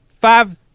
five